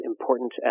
important